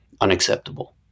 unacceptable